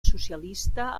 socialista